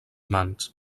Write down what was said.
mans